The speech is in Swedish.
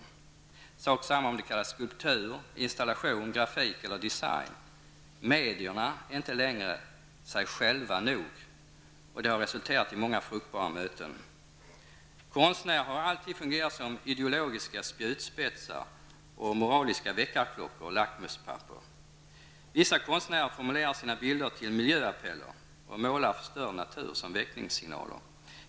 Det är sak samma om det kallas skulptur, installation, grafik eller design -- medierna är inte längre sig själva nog, och det har resulterat i många fruktbara möten. Konstnärer har alltid fungerat som ideologiska spjutspetsar och moraliska väckarklockor och lackmuspapper. Vissa kostnärer formulerar sina bilder till miljöappeller och målar förstörd natur som väckningssignaler.